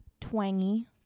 Twangy